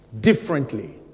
differently